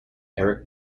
eric